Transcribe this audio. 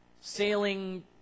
sailing